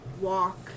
walk